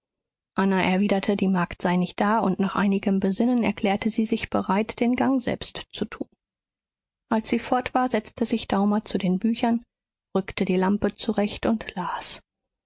anna erwiderte die magd sei nicht da und nach einigem besinnen erklärte sie sich bereit den gang selbst zu tun als sie fort war setzte sich daumer zu den büchern rückte die lampe zurecht und las